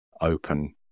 open